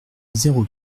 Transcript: zéro